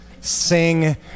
sing